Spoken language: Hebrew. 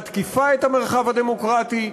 מתקיפה את המרחב הדמוקרטי,